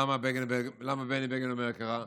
למה בני בגין אומר ככה?